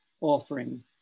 offering